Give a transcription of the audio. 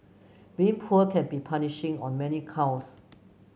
being poor can be punishing on many counts